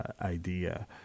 idea